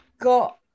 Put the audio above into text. got